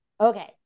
okay